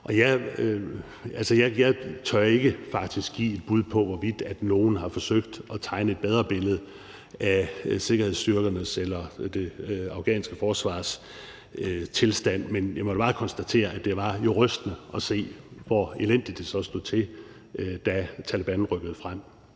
Jeg tør faktisk ikke give et bud på, hvorvidt nogen har forsøgt at tegne et bedre billede af sikkerhedsstyrkernes eller det afghanske forsvars tilstand, men jeg må da bare konstatere, at det jo var rystende at se, hvor elendigt det så stod til, da Taleban rykkede frem.